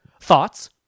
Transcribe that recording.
Thoughts